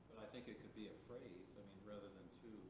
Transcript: i think it could be a phrase. i mean rather than so